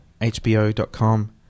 HBO.com